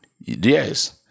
Yes